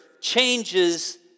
changes